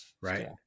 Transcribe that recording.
right